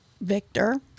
Victor